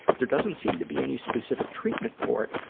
there doesn't seem to be any specific treatment for it,